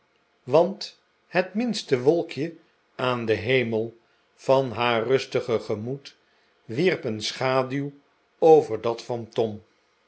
want het minste wolkje aan den hemel van haar rustige gemoed wierp een schaduw over dat van tom